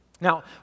Now